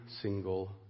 single